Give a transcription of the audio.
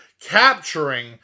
capturing